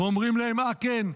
ואומרים להם: אה, כן,